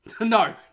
No